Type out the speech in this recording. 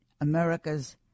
America's